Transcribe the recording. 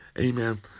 amen